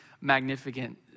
magnificent